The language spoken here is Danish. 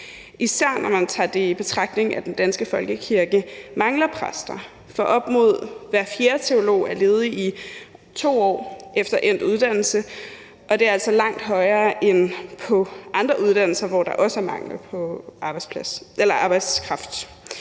især når man tager det i betragtning, at den danske folkekirke mangler præster. Op mod hver fjerde teolog er ledig i 2 år efter endt uddannelse, og det er altså langt flere end på andre uddannelser, hvor der også er mangel på arbejdskraft.